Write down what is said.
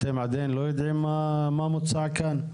אתם עדיין לא יודעים מה מוצע כאן?